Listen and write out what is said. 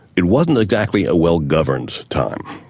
it wasn't exactly a well-governed time,